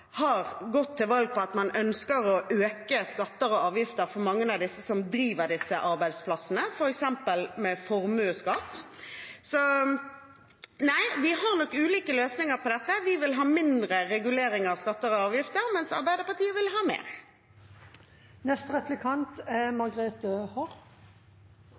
har gått til valg på at man ønsker å øke skatter og avgifter for mange av dem som driver disse arbeidsplassene, f.eks. med formuesskatten. Nei, vi har nok ulike løsninger på dette. Vi vil ha mindre reguleringer av skatter og avgifter, mens Arbeiderpartiet vil ha mer. Senterpartiet er helt enig med Fremskrittspartiet i at det er